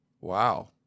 Wow